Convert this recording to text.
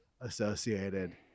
associated